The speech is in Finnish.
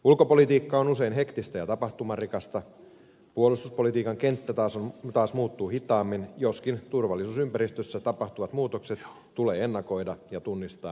ulkopolitiikka on usein hektistä ja tapahtumarikasta puolustuspolitiikan kenttä taas muuttuu hitaammin joskin turvallisuusympäristössä tapahtuvat muutokset tulee ennakoida ja tunnistaa ajassa